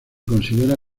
considera